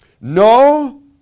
No